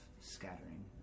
scattering